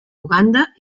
uganda